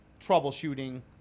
troubleshooting